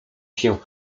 się